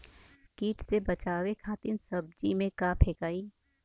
कीट से बचावे खातिन सब्जी में का फेकाई?